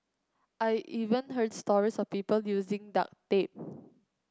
I even heard stories of people using duct tape